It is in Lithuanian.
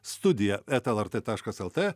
studija eta lrt taškas lt